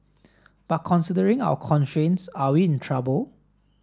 but considering our constraints are we in trouble